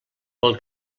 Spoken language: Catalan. pel